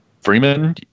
Freeman